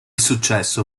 successo